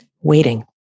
waiting